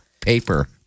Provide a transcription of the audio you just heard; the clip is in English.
Paper